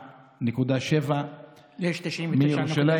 99.7% יש 99.9%. מירושלים,